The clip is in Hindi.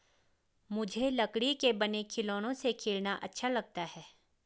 मुझे लकड़ी के बने खिलौनों से खेलना अच्छा लगता है